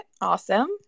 Awesome